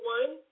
one